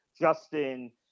Justin –